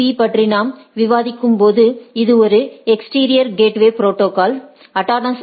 பீ பற்றி நாம் விவாதிக்கும்போது இது ஒரு exterior gateway protocol exterior gateway protocol